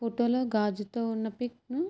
ఫోటోలో గాజుతో ఉన్న పిక్ను